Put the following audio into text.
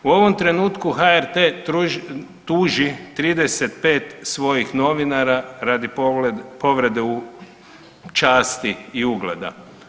U ovom trenutku HRT tuži 35 svojih novinara radi povrede časti i ugleda.